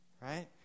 Right